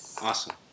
Awesome